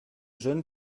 jeunes